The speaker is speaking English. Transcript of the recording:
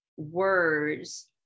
words